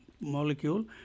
molecule